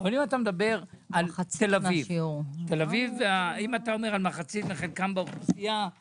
אבל אם אתה מדבר על תל אביב ואומר מחצית מחלקם באוכלוסייה,